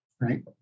right